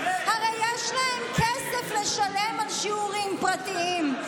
הרי יש להם כסף לשלם על שירותים פרטיים.